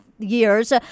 years